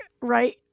right